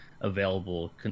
available